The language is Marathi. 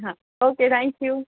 हां ओके थँक्यू